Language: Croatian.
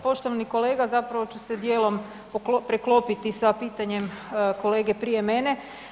Poštovani kolega, zapravo ću se dijelom preklopiti sa pitanjem kolege prije mene.